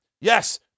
Yes